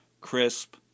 crisp